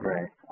Right